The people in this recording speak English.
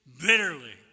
bitterly